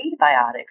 prebiotics